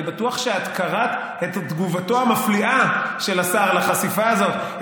אני בטוח שאת קראת את תגובתו המפליאה של השר על החשיפה הזאת,